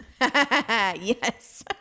Yes